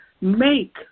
make